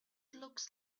looks